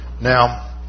now